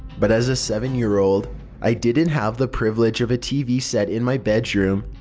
but as a seven year old i didn't have the privilege of a tv set in my bedroom.